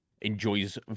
enjoys